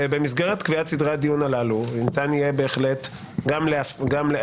במסגרת קביעת סדרי הדיון הללו בהחלט ניתן יהיה גם לאפשר